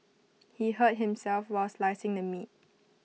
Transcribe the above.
he hurt himself while slicing the meat